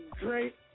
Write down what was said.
great